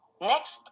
Next